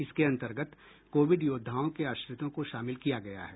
इसके अन्तर्गत कोविड योद्धाओं के आश्रितों को शामिल किया गया है